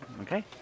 Okay